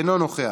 אינו נוכח,